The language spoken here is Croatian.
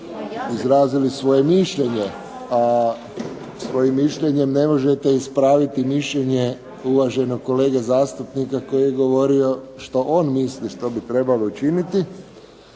izrazili svoje mišljenje, a svojim mišljenjem ne možete ispraviti mišljenje uvaženog kolege zastupnika koji je govorio što on misli što bi trebalo učiniti.